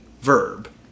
verb